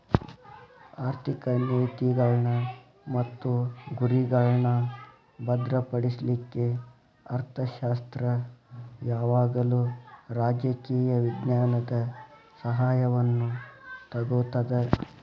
ಆರ್ಥಿಕ ನೇತಿಗಳ್ನ್ ಮತ್ತು ಗುರಿಗಳ್ನಾ ಭದ್ರಪಡಿಸ್ಲಿಕ್ಕೆ ಅರ್ಥಶಾಸ್ತ್ರ ಯಾವಾಗಲೂ ರಾಜಕೇಯ ವಿಜ್ಞಾನದ ಸಹಾಯವನ್ನು ತಗೊತದ